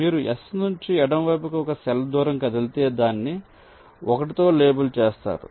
మీరు S నుంచి ఎడమవైపుకు ఒక సెల్ దూరం కదిలితే దాన్ని1 తో లేబుల్ చేస్తారు